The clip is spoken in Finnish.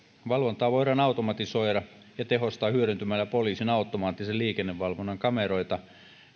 valvontaa voidaan automatisoida ja tehostaa hyödyntämällä poliisin automaattisen liikennevalvonnan kameroita